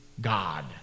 God